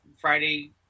Friday